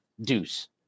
Deuce